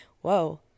whoa